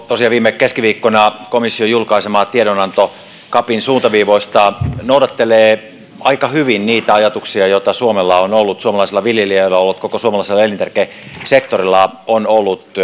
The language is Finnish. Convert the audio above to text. tosiaan viime keskiviikkona komission julkaisema tiedonanto capin suuntaviivoista noudattelee aika hyvin niitä ajatuksia joita suomella on ollut suomalaisella viljelijällä on ollut koko suomalaisella elintarvikesektorilla on ollut